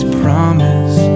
promise